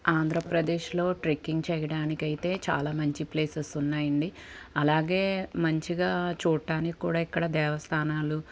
ఆంధ్రప్రదేశ్లో ట్రెక్కింగ్ చేయడానికి అయితే చాలా మంచి ప్లేసెస్ ఉన్నాయండి అలాగే మంచిగా చూడటానికి కూడా ఇక్కడ దేవస్థానాలు